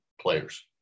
players